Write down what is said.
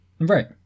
Right